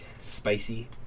spicy